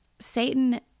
Satan